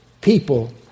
people